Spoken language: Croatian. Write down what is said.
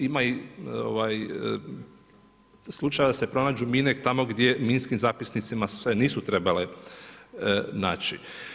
Ima i slučajeva da se pronađu mine tamo gdje minskim zapisnicima se nisu trebale naći.